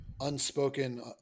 unspoken